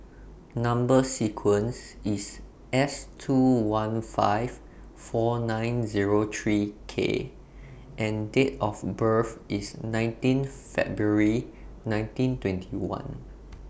Number sequence IS S two one five four nine Zero three K and Date of birth IS nineteenth February nineteen twenty one